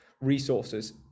resources